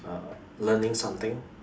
err learning something